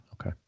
Okay